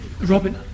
Robin